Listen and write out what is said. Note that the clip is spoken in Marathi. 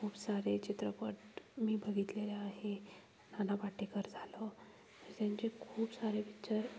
खूप सारे चित्रपट मी बघितलेले आहे नाना पाटेकर झालं त्यांचे खूप सारे पिक्चर